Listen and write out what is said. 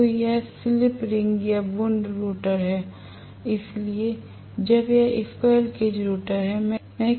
तो यह slip ring या वुन्ड रोटर है जबकि यह स्क्वीररेल केज रोटर है